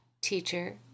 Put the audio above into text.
Teacher